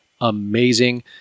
amazing